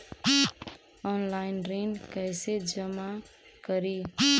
Online ऋण कैसे जमा करी?